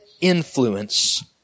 influence